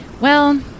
Well